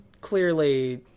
clearly